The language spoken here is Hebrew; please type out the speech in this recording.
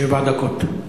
שבע דקות.